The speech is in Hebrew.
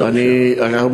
אצליח, בעזרת השם.